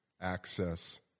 access